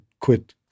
quit